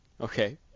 Okay